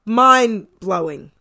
mind-blowing